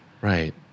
Right